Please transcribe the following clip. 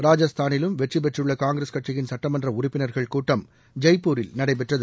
ராஜஸ்தானிலும் பெற்றிபெற்றுள்ள காங்கிரஸ் கட்சியின் சட்டமன்ற உறப்பினர்கள் கூட்டம் ஜெய்ப்பூரில் நடைபெற்றது